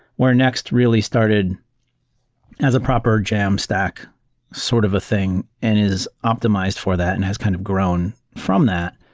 where next really started as a proper jamstack sort of a thing and is optimized for that and has kind of grown from that.